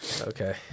Okay